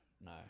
no